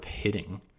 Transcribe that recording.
hitting